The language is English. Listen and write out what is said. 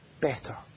better